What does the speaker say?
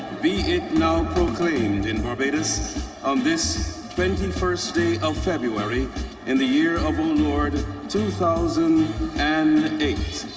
be it now proclaimed in barbados on this twenty first day of february in the year of our lord two thousand and eight,